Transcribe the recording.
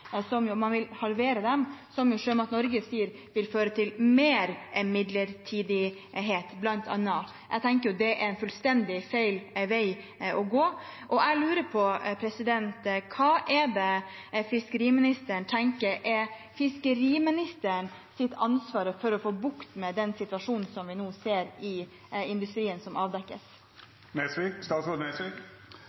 man vil halvere permitteringstiden, noe Sjømat Norge sier vil føre til bl.a. mer midlertidighet. Jeg tenker at det er en fullstendig feil vei å gå. Jeg lurer på: Hva tenker fiskeriministeren er hans ansvar for å få bukt med den situasjonen vi nå ser avdekkes i industrien?